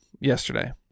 yesterday